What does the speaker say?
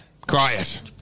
Quiet